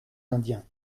indiens